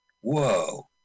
Whoa